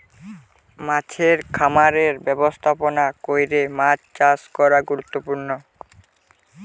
মাছের খামারের ব্যবস্থাপনা কইরে মাছ চাষ করা গুরুত্বপূর্ণ